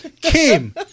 Kim